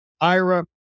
IRA